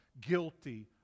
guilty